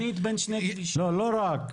לא, לא רק.